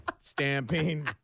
stamping